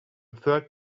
third